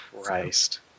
christ